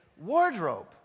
wardrobe